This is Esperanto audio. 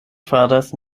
faras